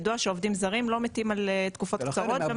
ידוע שעובדים זרים לא מתים על תקופות קצרות.